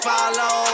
follow